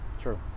true